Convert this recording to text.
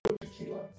tequila